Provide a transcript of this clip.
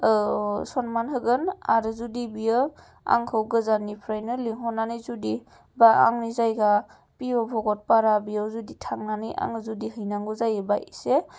औ सन्मान होगोन आरो जुदि बियो आंखौ गोजाननिफ्रायनो लिंहरनानै जुदि बा आंनि जायगा पि अ भकतपारा बेयाव जुदि थांनानै आङो जुदि हैनांगौ जायो होनबा इसे